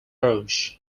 roche